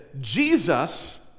Jesus